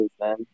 man